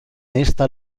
esta